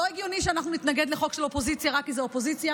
לא הגיוני שאנחנו נתנגד לחוק של האופוזיציה רק כי זו אופוזיציה,